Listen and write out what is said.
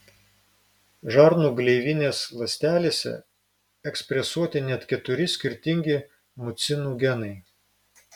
žarnų gleivinės ląstelėse ekspresuoti net keturi skirtingi mucinų genai